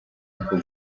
imvugo